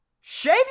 shave